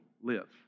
live